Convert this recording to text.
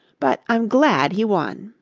but i'm glad he won.